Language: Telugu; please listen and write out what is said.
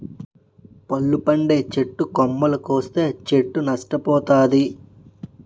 పళ్ళు పండే చెట్టు కొమ్మలు కోస్తే చెట్టు నష్ట పోతాది